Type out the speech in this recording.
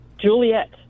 Juliet